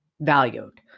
valued